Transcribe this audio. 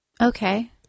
Okay